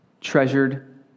treasured